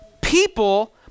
people